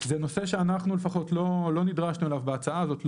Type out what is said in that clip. זה נושא שאנחנו לפחות לא נדרשנו אליו בהצעה הזאת,